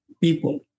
people